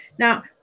Now